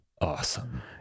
awesome